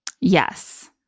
Yes